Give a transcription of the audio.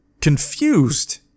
confused